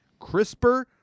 CRISPR